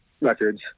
records